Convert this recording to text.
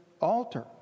altar